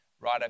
right